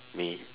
me